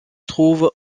trouve